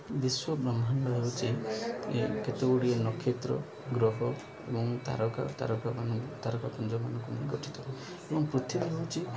ବିଶ୍ୱବ୍ରହ୍ମାଣ୍ଡ ହେଉଚି କେତେଗୁଡ଼ିଏ ନକ୍ଷତ୍ର ଗ୍ରହ ଏବଂ ତାରକା ତାରକାମାନଙ୍କୁ ତାରକାପୁଞ୍ଜମାନଙ୍କୁ ନେଇ ଗଠିତ ଏବଂ ପୃଥିବୀ ହେଉଛି